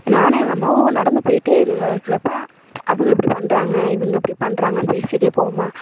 நானும் எங்கள் அம்மாவும் நடந்து போயிகிட்டே இருக்க இருக்கிறப்ப அவங்க இப்படி பண்றாங்க இவங்க இப்படி பண்றாங்கன்னு பேசிகிட்டே போவோமா